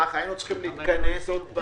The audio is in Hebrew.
אני מבקש לדחות את הדיון לשבוע הבא.